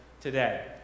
today